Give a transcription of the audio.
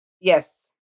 Yes